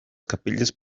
capelles